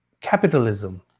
capitalism